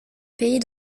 pays